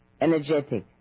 energetic